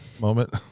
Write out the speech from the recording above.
moment